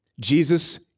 Jesus